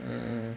um